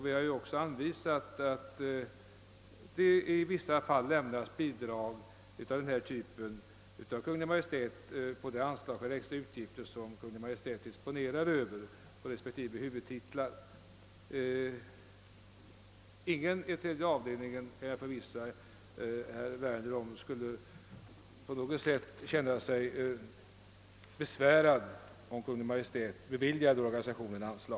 Vi har också angivit att det i vissa fall lämnas bidrag av denna typ från Kungl. Maj:t ur de anslag för sådana utgifter, som Kungl. Maj:t disponerar över på respektive huvudtitlar. Jag kan förvissa herr Werner om att ingen av ledamöterna i tredje avdelningen på något sätt skulle känna sig besvärad om Kungl. Maj:t beviljade organisationen anslag.